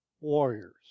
warriors